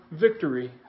victory